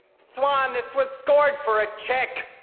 swan, this was scored for a chick.